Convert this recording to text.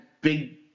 big